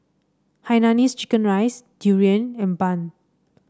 Hainanese Chicken Rice durian and bun